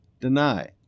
deny